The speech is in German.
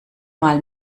mal